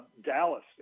Dallas